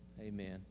Amen